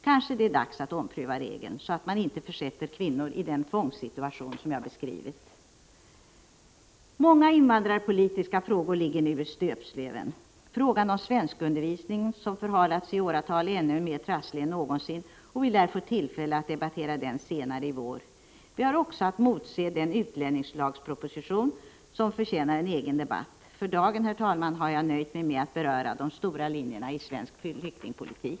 Kanske det är dags att ompröva regeln, så att man inte försätter kvinnor i den tvångssituation som jag har beskrivit. Många invandrarpolitiska frågor ligger nu i stöpsleven. Frågan om svenskundervisningen, som förhalats i åratal, är nu mer trasslig än någonsin och vi lär få tillfälle att debattera den senare i vår. Vi har också att motse en utlänningslagsproposition, som förtjänar en egen debatt. För dagen har jag, herr talman, nöjt mig med att beröra de stora linjerna i svensk flyktingpolitik.